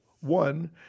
One